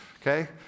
Okay